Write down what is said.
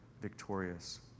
victorious